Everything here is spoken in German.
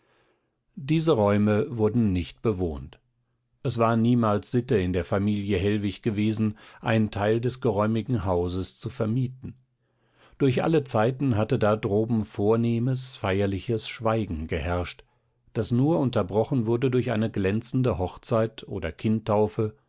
diese räume wurden nicht bewohnt es war niemals sitte in der familie hellwig gewesen einen teil des geräumigen hauses zu vermieten durch alle zeiten hatte da droben vornehmes feierliches schweigen geherrscht das nur unterbrochen wurde durch eine glänzende hochzeit oder kindtaufe